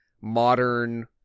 modern